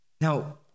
Now